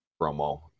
Promo